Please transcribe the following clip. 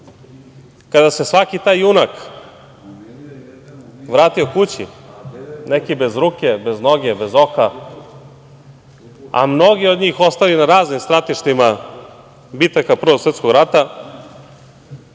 se svaki taj junak vratio kući, neki bez ruke, bez noge, bez oka, a mnogi od njih ostali na raznim stratištima bitaka Prvog svetskog rata,